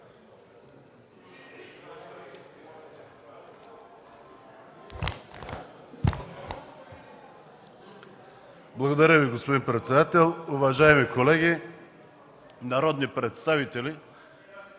Благодаря Ви, господин председател. Уважаеми колеги народни представители,